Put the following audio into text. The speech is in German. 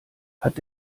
hat